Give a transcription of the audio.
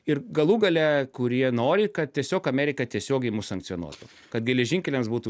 ir galų gale kurie nori kad tiesiog amerika tiesiogiai mus sankcionuotų kad geležinkeliams būtų